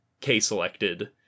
K-selected